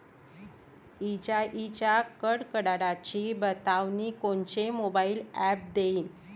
इजाइच्या कडकडाटाची बतावनी कोनचे मोबाईल ॲप देईन?